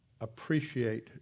appreciate